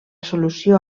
solució